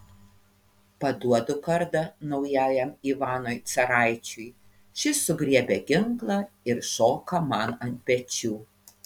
paduodu kardą naujajam ivanui caraičiui šis sugriebia ginklą ir šoka man ant pečių